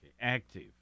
active